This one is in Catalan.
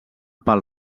pel